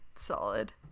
solid